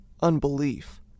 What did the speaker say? unbelief